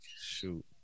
shoot